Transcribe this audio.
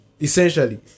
Essentially